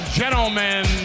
gentlemen